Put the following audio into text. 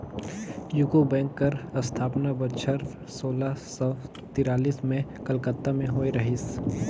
UCO bank कर असथापना बछर सोला सव तिरालिस में कलकत्ता में होए रहिस